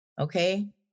okay